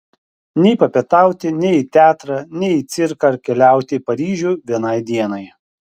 nei papietauti nei į teatrą nei į cirką ar keliauti į paryžių vienai dienai